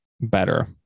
better